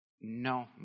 no